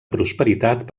prosperitat